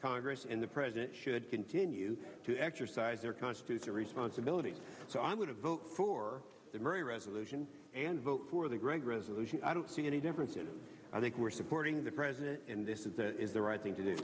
congress and the president should continue to exercise their constitutional responsibility so i'm going to go for the murray resolution and vote for the gregg resolution i don't see any difference and i think we're supporting the president in this is that is the right thing to do